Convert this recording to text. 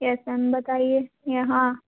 yes ma'am बताइए यहाँ